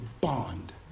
bond